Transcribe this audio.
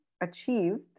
achieved